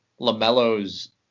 LaMelo's